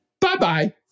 Bye-bye